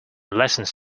lessons